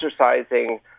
exercising